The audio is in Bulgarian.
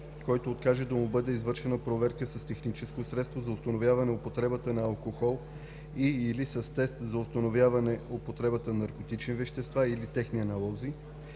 който откаже да му бъде извършена проверка с техническо средство за установяване употребата на алкохол и/или с тест за установяване употребата на наркотични вещества или техни аналози,